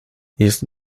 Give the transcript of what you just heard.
jest